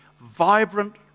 vibrant